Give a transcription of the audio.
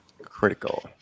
Critical